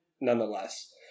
Nonetheless